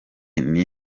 nti